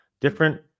different